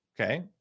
Okay